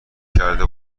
کرده